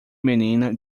menina